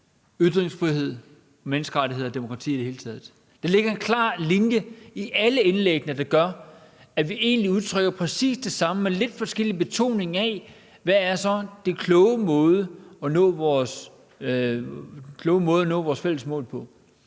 ytringsfrihed, menneskerettigheder og demokrati i det hele taget. Der ligger en klar linje i alle indlæggene, der gør, at vi egentlig udtrykker præcis det samme med lidt forskellig betoning af, hvad der så er den kloge måde at nå vores fælles mål på.